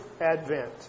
advent